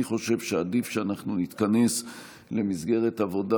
אני חושב שעדיף שאנחנו נתכנס למסגרת עבודה